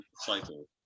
cycle